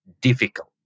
difficult